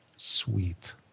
Sweet